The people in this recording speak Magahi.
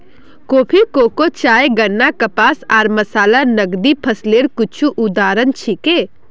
कॉफी, कोको, चाय, गन्ना, कपास आर मसाला नकदी फसलेर कुछू उदाहरण छिके